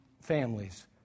families